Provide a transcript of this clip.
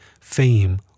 fame